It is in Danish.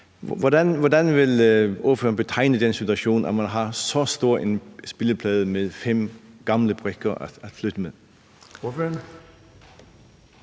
Hvordan vil ordføreren betegne den situation, at man har så stor en spilleplade med fem gamle brikker at flytte med?